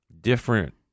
different